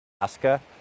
Alaska